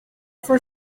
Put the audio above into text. for